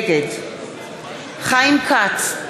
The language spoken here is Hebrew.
נגד חיים כץ,